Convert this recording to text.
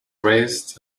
raised